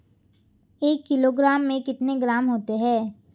एक किलोग्राम में कितने ग्राम होते हैं?